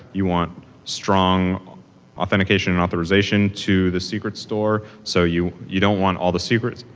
you want strong authentication and authorization to the secret store. so you you don't want all the secrets,